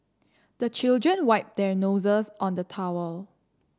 the children wipe their noses on the towel